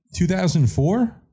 2004